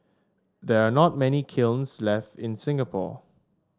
there are not many kilns left in Singapore